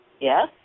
Yes